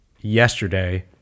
yesterday